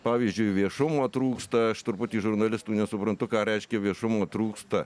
pavyzdžiui viešumo trūksta aš truputį žurnalistų nesuprantu ką reiškia viešumo trūksta